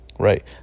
right